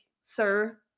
sir